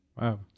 Wow